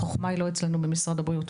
כי לא כל החוכמה נמצאת במשרד הבריאות.